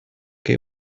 che